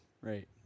Right